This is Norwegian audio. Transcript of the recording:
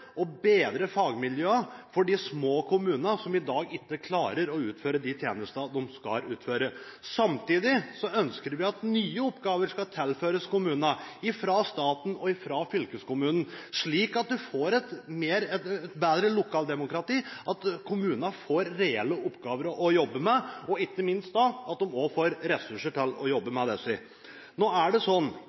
å bedre fagmiljøene for de små kommunene som i dag ikke klarer å utføre de tjenestene de skal utføre. Samtidig ønsker vi at nye oppgaver skal tilføres kommunene fra staten og fylkeskommunen, slik at du får et bedre lokaldemokrati, at kommuner får reelle oppgaver å jobbe med, og ikke minst at de også får ressurser til å jobbe med disse. Nå er det sånn